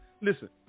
listen